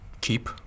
keep